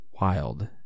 wild